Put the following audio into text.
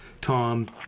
tom